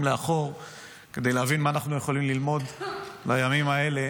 לאחור כדי להבין מה אנחנו יכולים ללמוד בימים האלה